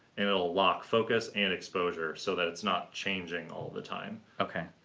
and it'll lock focus and exposure, so that it's not changing all the time. okay.